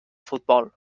futbol